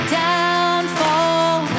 downfall